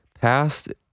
passed